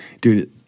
Dude